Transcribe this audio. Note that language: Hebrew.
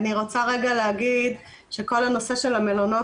אני רוצה רגע להגיד שכל הנושא של המלונות